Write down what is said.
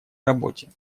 работе